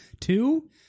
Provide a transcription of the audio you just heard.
Two